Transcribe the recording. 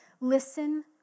listen